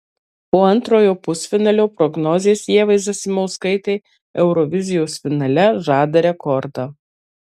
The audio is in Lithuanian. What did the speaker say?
po antrojo pusfinalio prognozės ievai zasimauskaitei eurovizijos finale žada rekordą